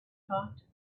thought